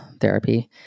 therapy